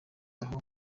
aho